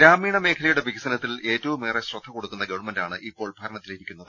ഗ്രാമീണ മേഖലയുടെ വികസന ത്തിൽ ഏറ്റവുമേറെ ശ്രദ്ധകൊടുക്കുന്ന ഗവൺമെന്റാണ് ഇപ്പോൾ ഭരണത്തി ലിരിക്കുന്നത്